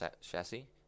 chassis